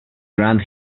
grand